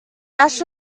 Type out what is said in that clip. ash